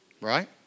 Right